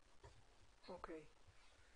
אוקיי.